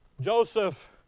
Joseph